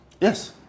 Yes